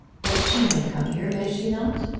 but she may come here may she not?